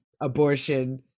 abortion